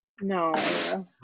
No